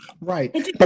right